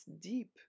deep